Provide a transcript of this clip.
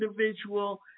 individual